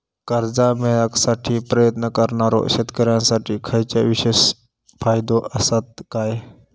कर्जा मेळाकसाठी प्रयत्न करणारो शेतकऱ्यांसाठी खयच्या विशेष फायदो असात काय?